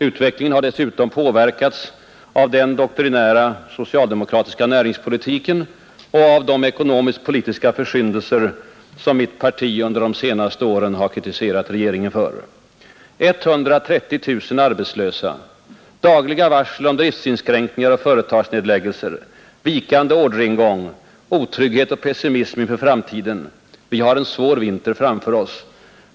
Utvecklingen har dessutom påverkats av den doktrinära socialdemokratiska näringspolitiken och av de ekonomisk-politiska försyndelser, som mitt parti under de senaste åren kritiserat regeringen för. 130 000 arbetslösa, dagliga varsel om driftsinskränkningar och företagsnedläggelser, vikande orderingång, otrygghet och pessimism inför framtiden. Vi har en svår vinter framför oss.